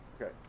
Okay